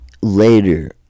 later